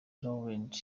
rowland